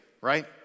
right